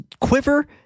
quiver